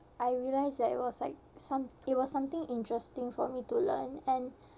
I realised that it was like some~ it was something interesting for me to learn and̜̜